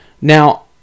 Now